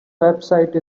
website